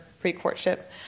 pre-courtship